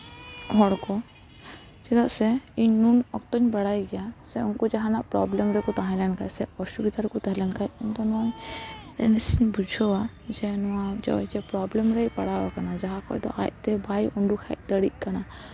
ᱦᱚᱲ ᱠᱚ ᱪᱮᱫᱟᱜ ᱥᱮ ᱤᱧ ᱱᱩᱱ ᱚᱠᱛᱚᱧ ᱵᱟᱲᱟᱭ ᱜᱮᱭᱟ ᱥᱮ ᱩᱱᱠᱩ ᱡᱟᱦᱟᱱᱟᱜ ᱯᱨᱚᱵᱞᱮᱢ ᱨᱮᱠᱚ ᱛᱟᱦᱮᱸ ᱞᱮᱱᱠᱷᱟᱡ ᱥᱮ ᱚᱥᱩᱵᱤᱫᱷᱟ ᱨᱮᱠᱚ ᱛᱟᱦᱮᱸ ᱞᱮᱱᱠᱷᱟᱡ ᱫᱚᱢᱮ ᱟᱹᱲᱤᱥ ᱤᱧ ᱵᱩᱡᱷᱟᱹᱣᱟ ᱡᱮ ᱱᱚᱣᱟ ᱡᱟᱦᱟᱸ ᱯᱨᱚᱵᱞᱮᱢ ᱨᱮ ᱯᱟᱲᱟᱣ ᱠᱟᱱᱟ ᱡᱟᱦᱟᱸ ᱠᱚᱫᱚ ᱟᱡ ᱛᱮ ᱵᱟᱭᱳᱰᱳᱠ ᱦᱮᱡ ᱫᱟᱲᱮᱜ ᱠᱟᱱᱟ